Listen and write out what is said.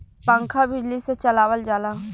पंखा बिजली से चलावल जाला